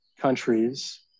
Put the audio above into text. countries